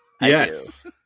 Yes